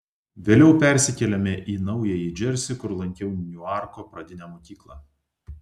vėliau persikėlėme į naująjį džersį kur lankiau niuarko pradinę mokyklą